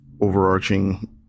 overarching